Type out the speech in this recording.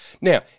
Now